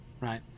right